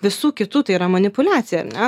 visų kitų tai yra manipuliacija ar ne